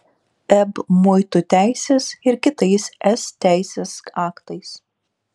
eb muitų teisės ir kitais es teisės aktais